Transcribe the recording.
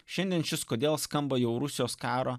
šiandien šis kodėl skamba jau rusijos karo